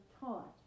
taught